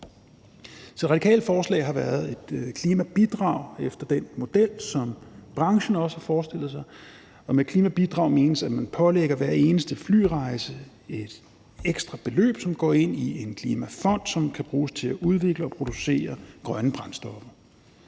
Så det radikale forslag har været et klimabidrag efter den model, som branchen også har forestillet sig, og med et klimabidrag menes, at man pålægger hver eneste flyrejse et ekstra beløb, som går ind i en klimafond, som kan bruges til at udvikle og producere grønne brændstoffer.